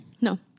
No